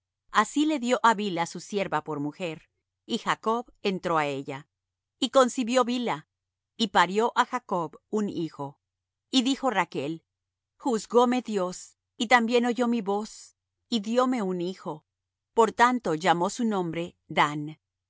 así le dió á bilha su sierva por mujer y jacob entró á ella y concibió bilha y parió á jacob un hijo y dijo rachl juzgóme dios y también oyó mi voz y dióme un hijo por tanto llamó su nombre dan